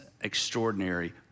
extraordinary